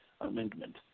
amendment